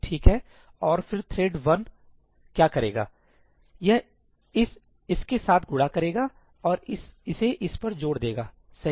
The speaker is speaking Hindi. और फिर थ्रेड वन क्या करेगा यह इसे इसके साथ गुणा करेगा और इसे इस पर जोड़ देगा सही